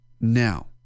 now